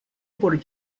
por